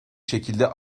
şekilde